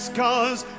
cause